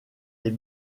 est